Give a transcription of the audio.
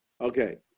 Okay